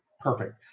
Perfect